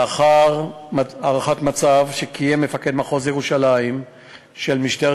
לאחר הערכת מצב שקיים מפקד מחוז ירושלים של משטרת